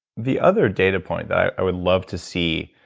the other data point that i would love to see,